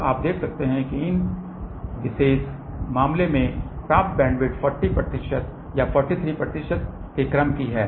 अब आप देख सकते हैं कि इस विशेष मामले में प्राप्त बैंडविड्थ 40 प्रतिशत और 43 प्रतिशत के क्रम की है